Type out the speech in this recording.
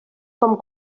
com